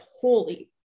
holy